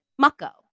Mucko